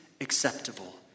acceptable